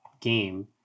game